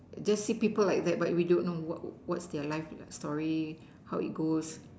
just see people like that but we don't know what what's their life story how it's goes